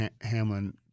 Hamlin